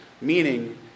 Meaning